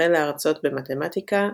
החל להרצות במתמטיקה,